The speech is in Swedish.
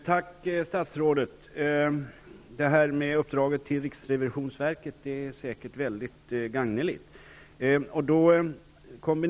Herr talman! Tack, statsrådet. Uppdraget till riksrevisionsverket är säkert mycket gagneligt.